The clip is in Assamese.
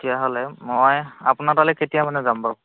তেতিয়া হ'লে মই আপোনাৰ তালৈ কেতিয়া মানে যাম বাৰু